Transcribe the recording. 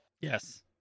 Yes